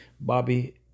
Bobby